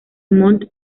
mont